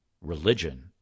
religion